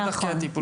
מהם דרכי הטיפול